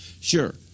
Sure